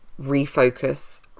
refocus